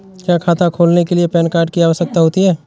क्या खाता खोलने के लिए पैन कार्ड की आवश्यकता होती है?